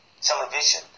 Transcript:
television